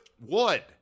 wood